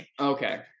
Okay